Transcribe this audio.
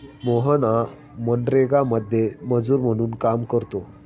मोहन हा मनरेगामध्ये मजूर म्हणून काम करतो